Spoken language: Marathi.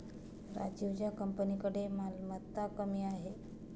राजीवच्या कंपनीकडे मालमत्ता कमी आहे